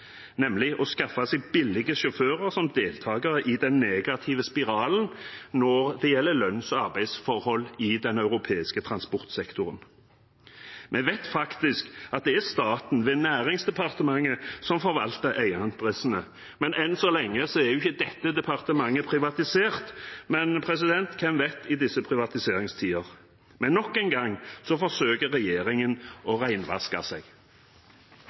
nemlig å skaffe seg billige sjåfører som deltagere i den negative spiralen når det gjelder lønns- og arbeidsforhold i den europeiske transportsektoren. Vi vet at det er staten, ved Nærings- og fiskeridepartementet, som forvalter eierinteressene. Enn så lenge er ikke departementet privatisert, men hvem vet – i disse privatiseringstider. Nok en gang forsøker regjeringen å renvaske seg.